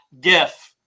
GIF